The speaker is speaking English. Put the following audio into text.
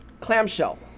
clamshell